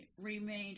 remained